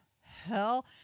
hell